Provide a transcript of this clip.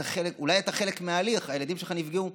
אולי אתה חלק מההליך, הילדים שלך נפגעו.